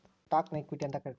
ಸ್ಟಾಕ್ನ ಇಕ್ವಿಟಿ ಅಂತೂ ಕರೇತಾರ